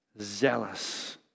zealous